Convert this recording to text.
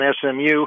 SMU